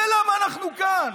בגלל זה אנחנו כאן.